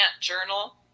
journal